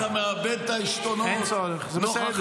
תראו איך אתה מאבד את העשתונות נוכח האמת.